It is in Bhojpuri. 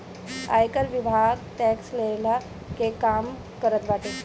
आयकर विभाग टेक्स लेहला के काम करत बाटे